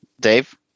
Dave